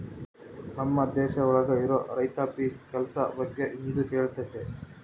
ನಮ್ ದೇಶ ಒಳಗ ಇರೋ ರೈತಾಪಿ ಕೆಲ್ಸ ಬಗ್ಗೆ ಇದು ಹೇಳುತ್ತೆ